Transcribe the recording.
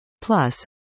Plus